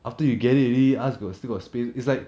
after you get it already ask got still got space it's like